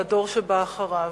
לדור שבא אחריו,